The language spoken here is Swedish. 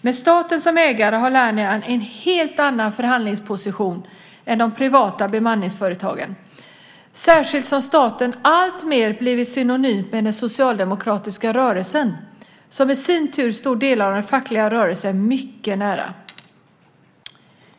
Med staten som ägare har Lernia en helt annan förhandlingsposition än de privata bemanningsföretagen, särskilt som staten alltmer blivit synonymt med den socialdemokratiska rörelsen, som i sin tur står delar av den fackliga rörelsen mycket nära.